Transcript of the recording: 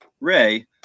Ray